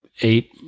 Eight